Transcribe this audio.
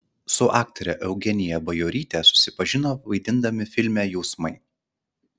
su aktore eugenija bajoryte susipažino vaidindami filme jausmai